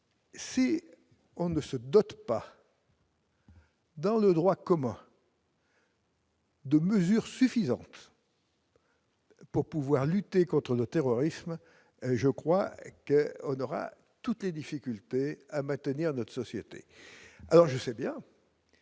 Si on ne se dote pas. Dans le droit commun. 2 mesures suffisantes. Pour pouvoir lutter contre nos terrorisme, je crois qu'on aura toutes les difficultés à maintenir notre société alors je sais bien.